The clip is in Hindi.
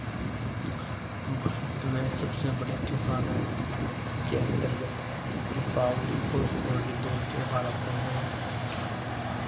भारत में सबसे बड़े त्योहारों के अन्तर्गत दिपावली और होली दो त्योहार आते हैं